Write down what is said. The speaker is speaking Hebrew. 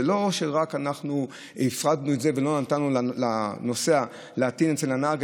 ולא רק הפרדנו את זה ולא נתנו לנוסע להטעין אצל הנהג,